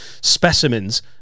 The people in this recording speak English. specimens